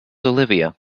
olivia